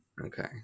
Okay